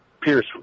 Pierce